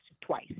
twice